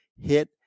hit